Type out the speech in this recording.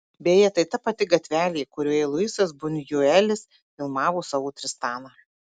beje tai ta pati gatvelė kurioje luisas bunjuelis filmavo savo tristaną